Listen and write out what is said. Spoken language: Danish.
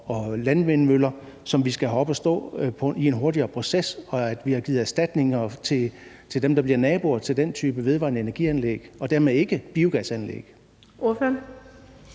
og landvindmøller, som vi skal have op at stå i en hurtigere proces, og give erstatninger til dem, der bliver naboer til den type vedvarende energianlæg, og dermed ikke biogasanlæg?